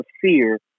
fear